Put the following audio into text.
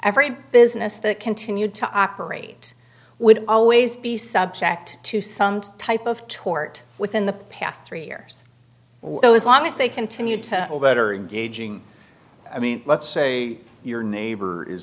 every business that continued to operate would always be subject to some type of tort within the past three years or so as long as they continue to all that are engaging i mean let's say your neighbor is